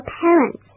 parents